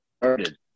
started